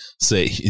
say